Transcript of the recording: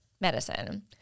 medicine